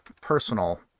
personal